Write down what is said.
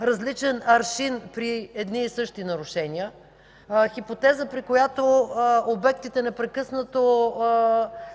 различен аршин при едни и същи нарушения, хипотеза, при която непрекъснато